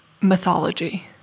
mythology